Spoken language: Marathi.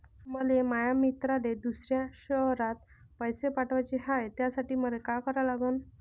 मले माया मित्राले दुसऱ्या शयरात पैसे पाठवाचे हाय, त्यासाठी मले का करा लागन?